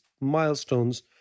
milestones